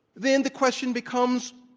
then the question becomes,